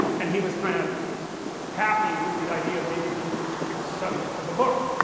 and he was kind of happy with the idea of maybe being the subject of a book